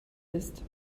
ist